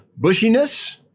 bushiness